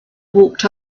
walked